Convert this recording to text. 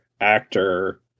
actor